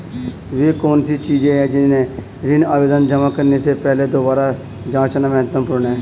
वे कौन सी चीजें हैं जिन्हें ऋण आवेदन जमा करने से पहले दोबारा जांचना महत्वपूर्ण है?